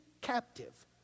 captive